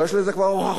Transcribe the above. הרי יש לזה כבר הוכחות.